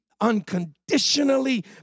unconditionally